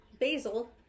Basil